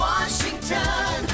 Washington